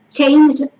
changed